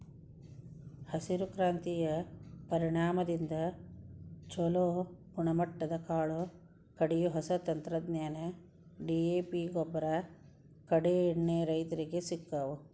ಹಸಿರು ಕ್ರಾಂತಿಯ ಪರಿಣಾಮದಿಂದ ಚುಲೋ ಗುಣಮಟ್ಟದ ಕಾಳು ಕಡಿ, ಹೊಸ ತಂತ್ರಜ್ಞಾನ, ಡಿ.ಎ.ಪಿಗೊಬ್ಬರ, ಕೇಡೇಎಣ್ಣಿ ರೈತರಿಗೆ ಸಿಕ್ಕವು